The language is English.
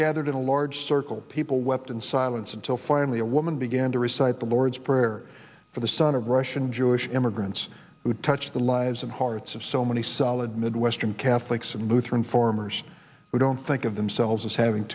gathered in a large circle people wept in silence until finally a woman began to recite the lord's prayer for the son of russian jewish immigrants who touched the lives and hearts of so many solid midwestern catholics and lutheran farmers who don't think of themselves as having